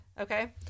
okay